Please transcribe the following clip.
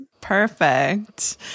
perfect